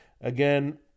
again